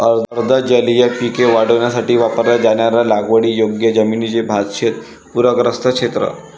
अर्ध जलीय पिके वाढवण्यासाठी वापरल्या जाणाऱ्या लागवडीयोग्य जमिनीचे भातशेत पूरग्रस्त क्षेत्र